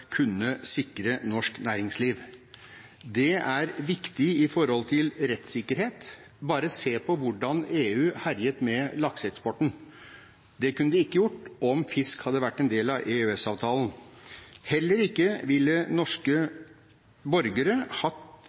kunne sikre norsk næringsliv. Dette er viktig når det gjelder rettssikkerhet. Bare se på hvordan EU herjet med lakseeksporten! Det kunne man ikke gjort om fisk hadde vært en del av EØS-avtalen. Heller ikke ville norske borgere hatt